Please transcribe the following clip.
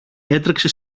έτρεξε